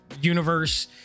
universe